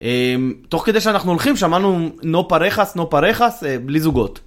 תוך כדי שאנחנו הולכים, שמענו נו פרחס, נו פרחס, בלי זוגות.